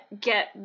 get